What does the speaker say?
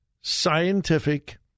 scientific